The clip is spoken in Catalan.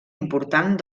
important